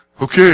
Okay